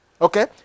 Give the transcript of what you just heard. okay